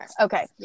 Okay